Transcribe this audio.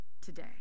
today